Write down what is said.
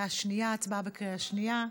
הצבעה בקריאה שנייה.